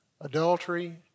Adultery